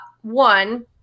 One